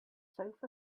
sofa